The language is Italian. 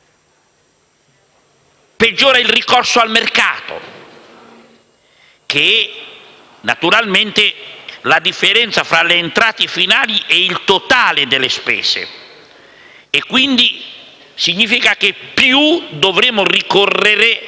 peggiora il ricorso al mercato, che è naturalmente la differenza tra le entrate finali ed il totale delle spese e quindi significa che dovremo ricorrere